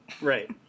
Right